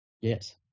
Yes